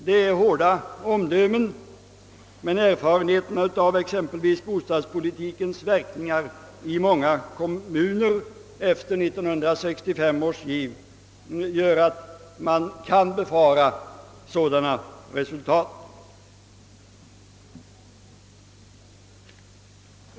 Detta är hårda omdömen, men erfarenheterna av exempelvis bostadspolitikens verkningar i många kommuner efter 1965 års giv gör att man kan förutse sådana resultat.